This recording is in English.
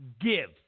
give